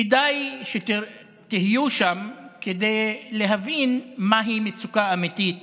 כדאי שתהיו שם כדי להבין מהי מצוקה אמיתית